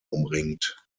umringt